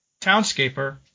Townscaper